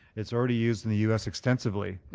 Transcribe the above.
it's already used in the u s. extensively.